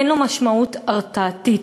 אין לו משמעות הרתעתית.